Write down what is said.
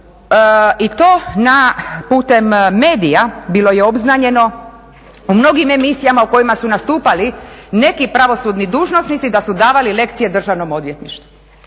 i to putem medija bilo je obznanjeno u mnogim emisijama u kojima su nastupali neki pravosudni dužnosnici da su davali lekcije Državnom odvjetništvu.